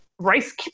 rice